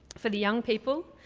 for the young people,